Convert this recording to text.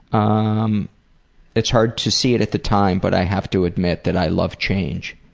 um it's hard to see it at the time, but i have to admit that i love change.